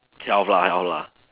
health lah health lah